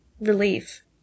relief